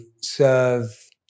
serve